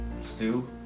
stew